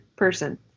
person